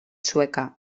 sueca